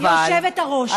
גברתי היושבת-ראש,